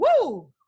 woo